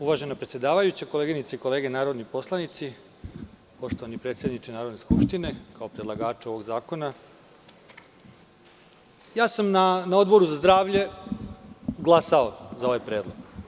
Uvažena predsedavajuća, koleginice i kolege narodni poslanici, poštovani predsedniče Narodne skupštine kao predlagaču ovog zakona, ja sam na Odboru za zdravlje glasao za ovaj predlog.